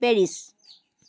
Paris